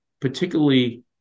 particularly